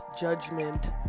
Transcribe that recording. judgment